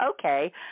okay